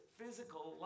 physical